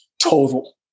total